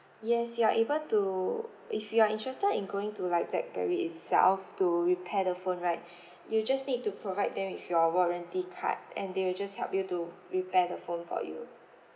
yes you are able to if you are interested in going to like blackberry itself to repair the phone right you just need to provide them with your warranty card and they will just help you to repair the phone for you